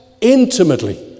intimately